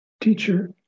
teacher